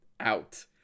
out